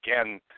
again